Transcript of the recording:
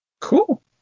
Cool